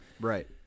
Right